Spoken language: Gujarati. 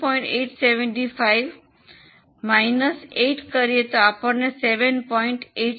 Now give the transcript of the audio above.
875 ઓછા 8 કરીએ તો આપણને 7